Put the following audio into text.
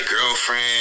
girlfriend